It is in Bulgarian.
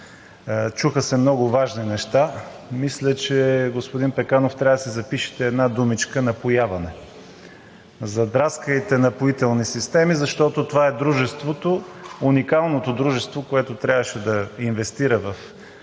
Чуха се много важни неща. Мисля, господин Пеканов, че трябва да си запишете една думичка – напояване. Задраскайте „Напоителни системи“, защото това е уникалното дружество, което трябваше да инвестира в